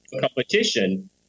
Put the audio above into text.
competition